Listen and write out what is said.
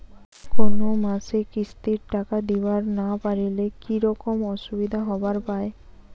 কোনো মাসে কিস্তির টাকা দিবার না পারিলে কি রকম অসুবিধা হবার পায়?